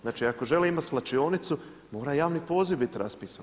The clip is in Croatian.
Znači ako želi imati svlačionicu, mora javni poziv biti raspisan.